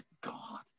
God